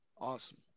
Awesome